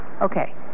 Okay